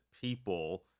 people